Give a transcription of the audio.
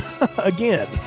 Again